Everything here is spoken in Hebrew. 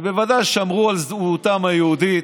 ובוודאי שמרו על זהותם היהודית,